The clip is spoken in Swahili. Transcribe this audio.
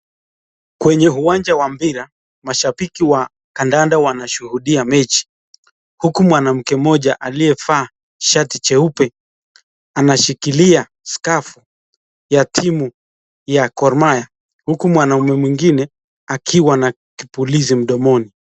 Kwenye uwanja wa mpira, mashabiki wa kandanda wanashuhudia mechi, huku mwanamke moja aliyevaa shati jeupe anashikilia skafu ya timu ya Gormahia, huku mwanaume mwingine akiwa na kipulizi mdomoni.